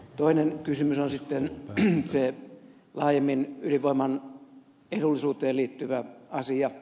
toinen kysymys on sitten se laajemmin ydinvoiman edullisuuteen liittyvä asia